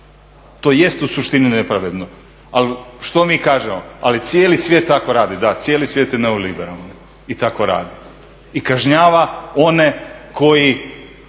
tj. u suštini nepravedno ali što mi kažemo, ali cijeli svijet tako radi. Da cijeli svijet je neoliberalan i tako radi, i kažnjava one koji